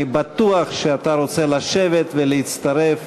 אני בטוח שאתה רוצה לשבת ולהצטרף